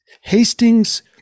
Hastings